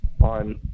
on